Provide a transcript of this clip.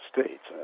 States